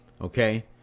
Okay